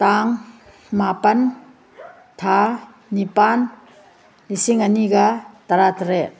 ꯇꯥꯡ ꯃꯥꯄꯟ ꯊꯥ ꯅꯤꯄꯥꯟ ꯂꯤꯁꯤꯡ ꯑꯅꯤꯒ ꯇꯔꯥ ꯇꯔꯦꯠ